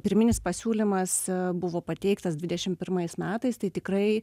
pirminis pasiūlymas buvo pateiktas dvidešimt pirmais metais tai tikrai